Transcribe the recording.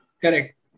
Correct